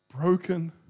Broken